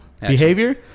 behavior